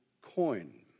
coin